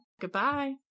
Goodbye